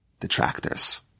detractors